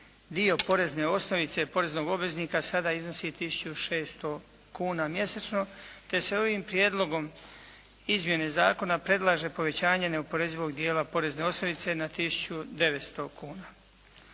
dio porezne osnovice poreznog obveznika sada iznosi tisuću 600 kuna mjesečno te se ovim prijedlogom izmjena zakona predlaže povećanje neoporezivog dijela porezne osnovice na tisuću 900 kuna.